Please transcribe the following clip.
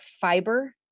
fiber